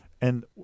And-